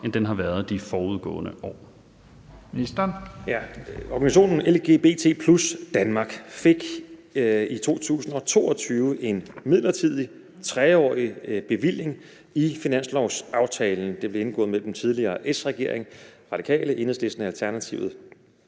end den har været de forudgående år?